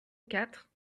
quatre